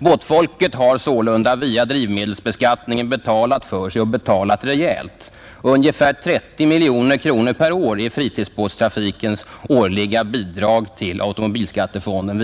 Båtfolket har sålunda via drivmedelsbeskattningen betalat för sig, och betalat rejält — ungefär 30 miljoner kronor per år är fritidsbåttrafikens årliga bidrag via drivmedelsbeskattningen till automobilskattefonden.